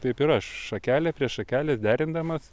taip ir aš šakelę prie šakelės derindamas